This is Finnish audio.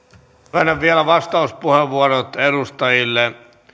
myönnän vielä vastauspuheenvuorot edustajille